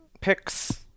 picks